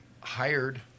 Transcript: hired